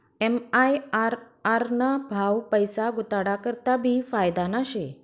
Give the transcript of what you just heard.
MIRR ना भाव पैसा गुताडा करता भी फायदाना शे